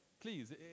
please